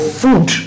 food